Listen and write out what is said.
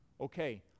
Okay